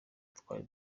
twari